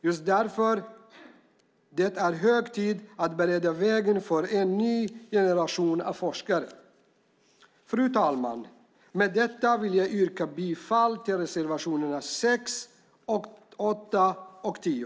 Just därför är det hög tid att bereda väg för en ny generation forskare. Fru talman! Med detta vill jag yrka bifall till reservationerna 6, 8 och 10.